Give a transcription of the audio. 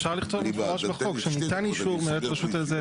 אפשר לכתוב שניתן אישור --- אמרתי